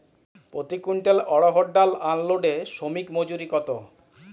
প্রতি কুইন্টল অড়হর ডাল আনলোডে শ্রমিক মজুরি কত?